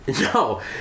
No